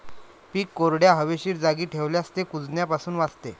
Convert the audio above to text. पीक कोरड्या, हवेशीर जागी ठेवल्यास ते कुजण्यापासून वाचते